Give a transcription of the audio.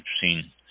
seen